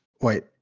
Wait